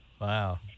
wow